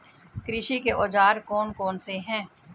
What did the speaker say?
कृषि के औजार कौन कौन से हैं?